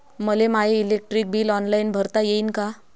मले my electric bill online भरता येईन का?